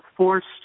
Forced